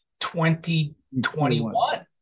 2021